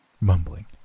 mumbling